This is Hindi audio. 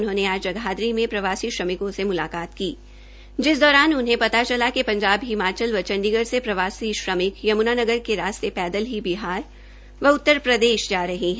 उन्होंने आज जगाधरी में प्रवासी श्रमिकों से मुलाकात की जिस दौरान उन्हें पता चला कि पंजाब हिमाचल व चंडीगढ़ से प्रवासी श्रमिक यम्नानगर के रास्ते पैदल ही बिहार व उत्तर प्रदेश जा रहे है